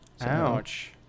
Ouch